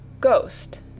Ghost